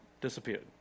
disappeared